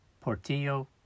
Portillo